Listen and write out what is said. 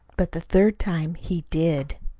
but the third time he did.